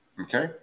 okay